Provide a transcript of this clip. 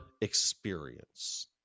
experience